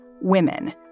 Women